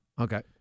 Okay